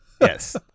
Yes